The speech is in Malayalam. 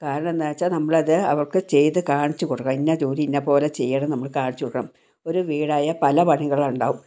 കാരണം എന്താണെന്ന് വച്ചാൽ നമ്മൾ അത് അവർക്ക് ചെയ്തു കാണിച്ച് കൊടുക്കും ഇന്ന ജോലി ഇന്ന പോലെ ചെയ്യണം എന്ന് നമ്മൾ കാണിച്ചു കൊടുക്കണം ഒരു വീടായാൽ പല പണികളുണ്ടാവും